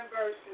verses